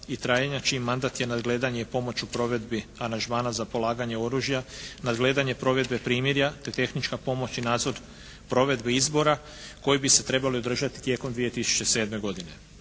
i trajanja čiji mandat je nadgledanje i pomoć u provedbi aranžmana za polaganje oružja, nadgledanje provedbe primirja te tehnička pomoć i nadzor provedbe izbora koji bi se trebali održati tijekom 2007. godine.